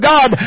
God